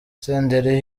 senderi